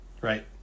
right